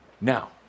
now